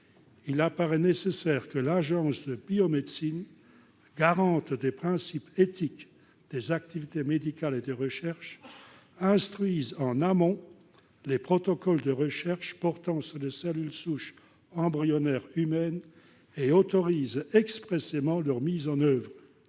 il apparaît nécessaire que l'Agence de la biomédecine, garante des principes éthiques des activités médicales et de recherche, instruise en amont les protocoles de recherche portant sur les cellules souches embryonnaires humaines et autorise expressément leur mise en oeuvre.